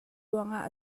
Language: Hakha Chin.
ruangah